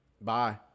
bye